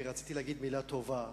כי רציתי להגיד מלה טובה